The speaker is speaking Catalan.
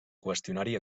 qüestionari